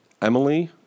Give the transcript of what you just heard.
Emily